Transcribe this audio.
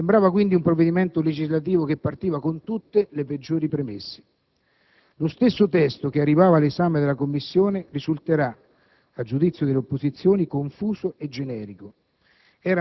Sembrava, quindi, un provvedimento legislativo che partiva con tutte le peggiori premesse. Lo stesso testo arrivato all'esame della Commissione risultava, a giudizio delle opposizioni, confuso e generico,